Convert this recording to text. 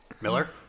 Miller